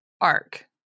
arc